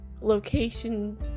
location